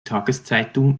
tageszeitung